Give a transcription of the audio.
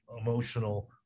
emotional